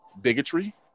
bigotry